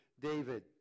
David